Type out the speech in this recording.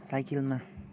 साइकलमा